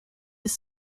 des